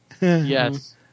Yes